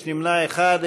יש נמנע אחד.